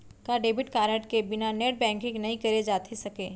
का debit card के बिना नेट बैंकिंग नई करे जाथे सके?